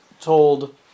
told